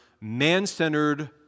man-centered